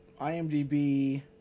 IMDb